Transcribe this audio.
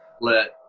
let